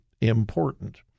important